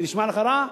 זה נשמע לך רע?